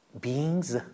beings